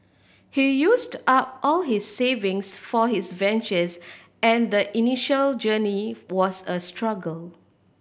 he used up all his savings for his ventures and the initial journey was a struggle